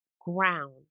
ground